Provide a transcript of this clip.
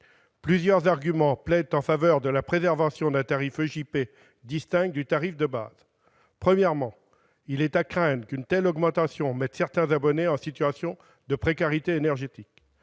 Plusieurs arguments plaident en faveur de la préservation d'un tarif EJP distinct du tarif de base. Premièrement, il est à craindre qu'une telle augmentation mette certains abonnés en situation de précarité énergétique.